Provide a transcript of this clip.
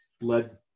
led –